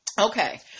Okay